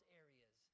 areas